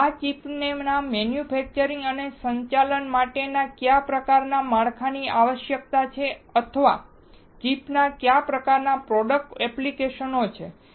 અને આ ચિપના મેન્યુફેકચરર અને સંચાલન માટે કયા પ્રકારનાં માળખl ની આવશ્યકતા છે અથવા આ ચિપમાં કયા પ્રકારનાં પ્રોડક્ટ એપ્લિકેશન છે